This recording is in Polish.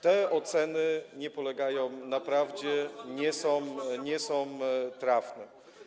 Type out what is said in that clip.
Te oceny nie polegają na prawdzie, nie są one trafne.